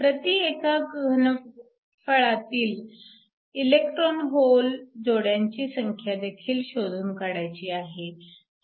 प्रति एकक घनफळातील इलेकट्रॉन होल जोड्यांची संख्यादेखील शोधून काढायची आहे